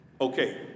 Okay